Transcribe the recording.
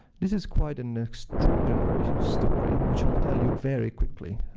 this is quite an extraordinary story, which i'll tell you very quickly,